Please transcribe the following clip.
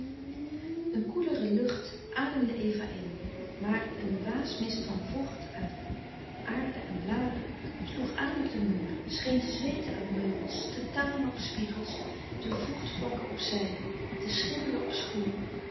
een koelere lucht ademde eva in maar een waasmist van vocht uit aarde en bladeren sloeg aan op de muren scheen te zweeten uit meubels te tanen op spiegels te vochtvlakken op zijde te schimmelen op schoenen